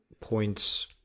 points